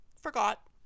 forgot